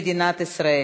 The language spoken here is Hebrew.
בעד,